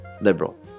liberal